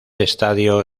estadio